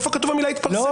איפה כתובה המילה התפרסמה?